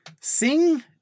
Sing